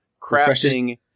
crafting